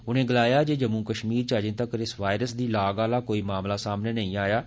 उनें गलाया जे जम्मू कश्मीर इच अर्जे तगर इस वायरस दी लाग आला कोई मामला सामने लेई आया ऐ